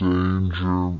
Danger